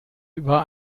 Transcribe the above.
über